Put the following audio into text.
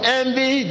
envy